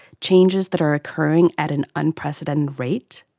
changes that are occurring at an unprecedented rate?